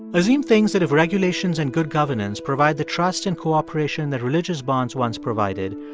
azim thinks that if regulations and good governance provide the trust and cooperation that religious bonds once provided,